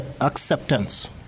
acceptance